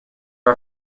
are